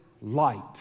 light